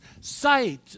sight